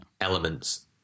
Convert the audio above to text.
elements